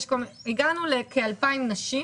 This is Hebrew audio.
הגענו לכ-2,000 נשים